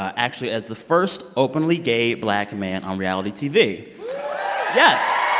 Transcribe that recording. actually, as the first openly gay black man on reality tv yes